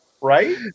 right